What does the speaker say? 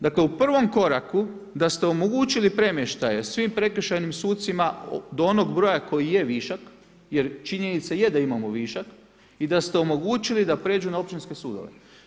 Dakle, u 1 koraku da ste omogućili premještaje svim prekršajnim sucima, do onog broja koji je višak, jer činjenica je da imamo višak, i da ste omogućili da pređu na općinske sudove.